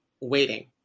waiting